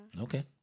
Okay